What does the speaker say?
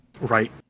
Right